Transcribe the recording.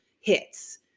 hits